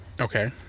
okay